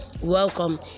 welcome